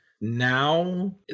now